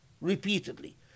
repeatedly